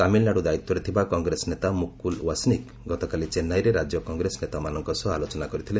ତାମିଲନାଡୁ ଦାୟିତ୍ୱରେ ଥିବା କଗ୍ରେସ ନେତା ମୁକୁଲ୍ ୱାସ୍ନିକ୍ ଗତକାଲି ଚେନ୍ନାଇରେ ରାଜ୍ୟ କଂଗ୍ରେସ ନେତାମାନଙ୍କ ସହ ଆଲୋଚନା କରିଥିଲେ